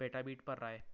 petabit पर राय